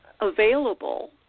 available